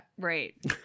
right